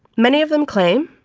many of them claim,